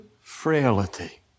frailty